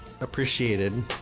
Appreciated